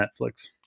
Netflix